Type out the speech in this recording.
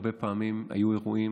הרבה פעמים היו אירועים,